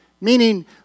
meaning